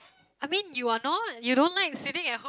I mean you are not you don't like sitting at home